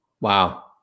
Wow